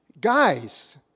guys